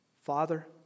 Father